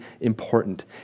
important